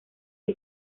que